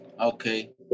Okay